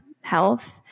health